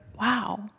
wow